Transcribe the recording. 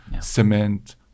cement